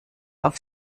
auf